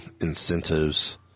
incentives